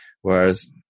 Whereas